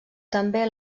també